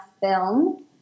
film